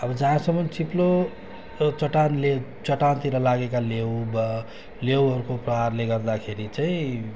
अब जहाँसम्म चिप्लो चटानले चटानतिर लागेका लेउ भयो लेउहरूको प्रहारले गर्दाखेरि चाहिँ